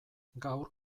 gaur